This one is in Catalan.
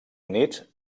units